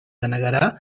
denegarà